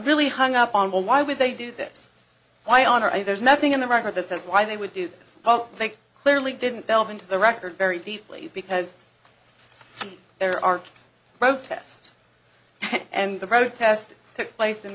really hung up on well why would they do this why are you there's nothing in the record that says why they would do it all think clearly didn't delve into the record very deeply because there are protests and the protest took place in